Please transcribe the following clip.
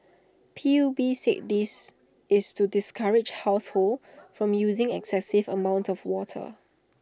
P U B said this is to discourage households from using excessive amounts of water